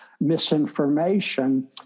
misinformation